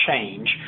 change